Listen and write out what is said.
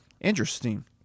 Interesting